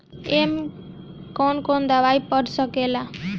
ए में कौन कौन दवाई पढ़ सके ला?